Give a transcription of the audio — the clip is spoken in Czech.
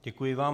Děkuji vám.